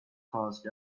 caused